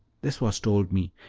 this was told me,